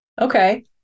okay